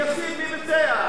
את דיר-יאסין מי ביצע?